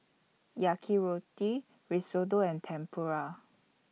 Risotto and Tempura